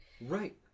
right